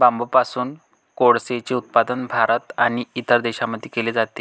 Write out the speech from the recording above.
बांबूपासून कोळसेचे उत्पादन भारत आणि इतर देशांमध्ये केले जाते